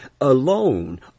alone